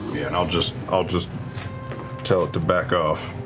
yeah and i'll just i'll just tell it to back off.